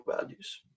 values